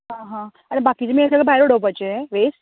हां हां आनी बाकीचें मागीर सगळे भायर वोडोवपाचे वेस्ट